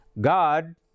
God